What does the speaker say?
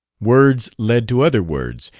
words led to other words,